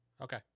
Okay